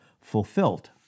fulfilled